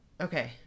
Okay